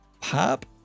Pop